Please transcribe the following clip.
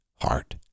heart